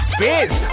Space